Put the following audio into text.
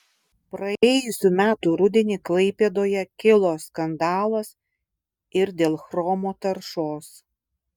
praėjusių metų rudenį klaipėdoje kilo skandalas ir dėl chromo taršos